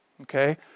Okay